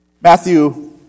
Matthew